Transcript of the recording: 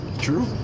True